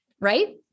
Right